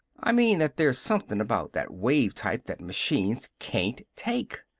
i mean that there's something about that wave-type that machines can't take!